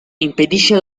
impedisce